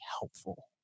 helpful